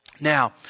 now